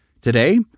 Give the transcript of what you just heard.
Today